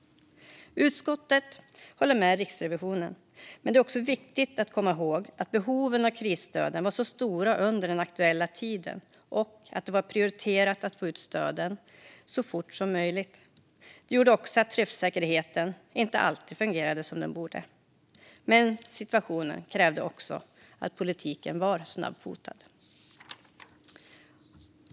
Utskottet håller med Riksrevisionen, men det är också viktigt att komma ihåg att behoven av krisstöden var stora under den aktuella tiden och att det var prioriterat att få ut stöden så fort som möjligt. Detta gjorde att träffsäkerheten inte alltid fungerade som den borde, men situationen krävde också att politiken var snabbfotad.